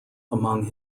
among